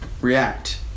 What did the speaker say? React